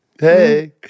Hey